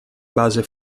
base